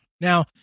now